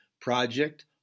Project